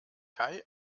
kai